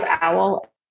Owl